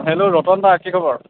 hello Ratan দা কি খবৰ